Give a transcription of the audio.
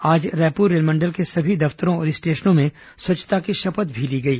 आज रायपुर रेल मंडल के सभी दफ्तरों और स्टेशनों में स्वच्छता की शपथ भी ली गई